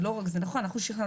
וזה נכון שאנחנו שכנענו,